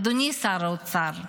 אדוני שר האוצר: